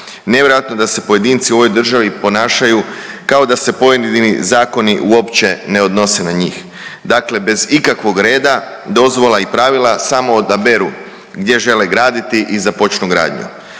Nevjerojatno da se pojedinci u ovoj državi ponašaju kao da se pojedini zakoni uopće ne odnose na njih. Dakle, bez ikakvog reda, dozvola i pravila samo odaberu gdje žele graditi i započnu gradnju.